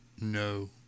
No